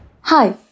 hi